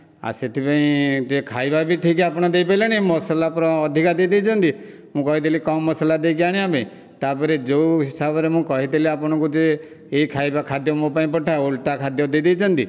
ଆଉ ସେଥିପାଇଁ ଟିକେ ଖାଇବା ବି ଠିକ୍ ଆପଣ ଦେଇ ପାରିଲେନି ମସଲା ପୁରା ଅଧିକ ଦେଇ ଦେଇଛନ୍ତି ମୁଁ କହିଥିଲି କମ ମସଲା ଦେଇକି ଆଣିବା ପାଇଁ ତାପରେ ଯେଉଁ ହିସାବରେ ମୁଁ କହିଥିଲି ଆପଣକୁ ଯେ ଏଇ ଖାଇବା ଖାଦ୍ୟ ମୋ ପାଇଁ ପଠାଅ ଓଲଟା ଖାଦ୍ୟ ଦେଇ ଦେଇଛନ୍ତି